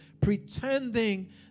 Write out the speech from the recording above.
pretending